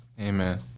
Amen